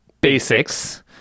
Basics